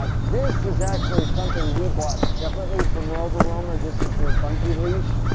but this is actually something we bought separately from rover roamer, this is their bungee leash,